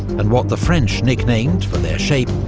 and what the french nicknamed, for their shape,